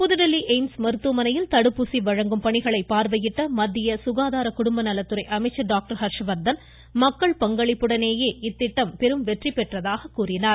புதுதில்லி AIIMS மருத்துவமனையில் தடுப்பூசி வழங்கும் பணிகளை பார்வையிட்ட சுகாதார குடும்பநலத்துறை அமைச்சர் மத்திய மக்கள் பங்களிப்புடனேயே இத்திட்டம் பெரும் வெற்றி பெற்றதாக கூறினார்